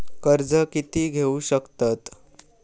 कर्ज कीती घेऊ शकतत?